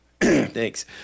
thanks